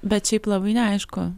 bet šiaip labai neaišku